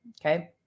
Okay